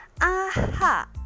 AHA